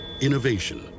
Innovation